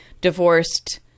divorced